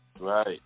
right